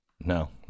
No